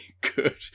good